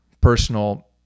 personal